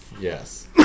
Yes